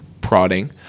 prodding